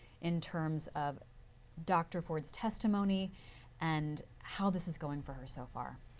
in terms of dr. ford's testimony and how this is going for her, so far?